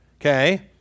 Okay